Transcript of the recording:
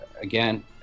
again